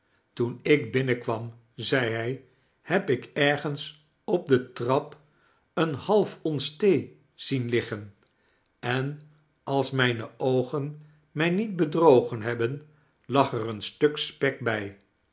toen ik biimeukwam zei hij heb ik ergens op de trap een half ons thee zien liggen en als mijne oogen mij niet bedrogen hebben lag er een stuk spek bij